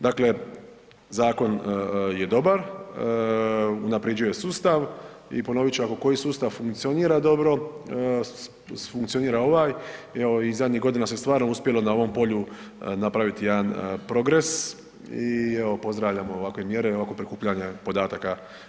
Dakle, zakon je dobar, unapređuje sustav i ponovit ću, ako koji sustav funkcionira dobro, funkcionira ovaj i evo zadnjih godina se stvarno uspjelo na ovom polju napraviti jedan progres i evo pozdravljam ovakve mjere i ovakvo prikupljanje podataka.